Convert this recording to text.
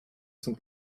zum